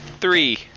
Three